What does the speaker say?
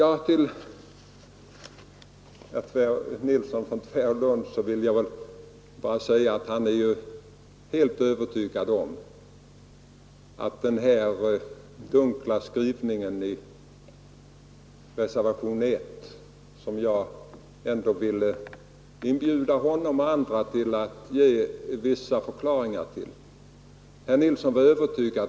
Herr Nilsson i Tvärålund är helt övertygad om att svenska folket förstår den dunkla skrivningen i reservation 1, som jag inbjöd honom och andra att förklara.